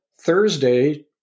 Thursday